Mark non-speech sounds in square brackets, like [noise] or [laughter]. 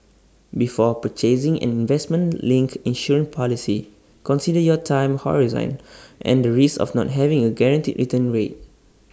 before purchasing an investment linked insurance policy consider your time horizon [noise] and the risks of not having A guaranteed return rate